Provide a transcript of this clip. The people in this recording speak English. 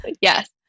Yes